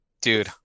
dude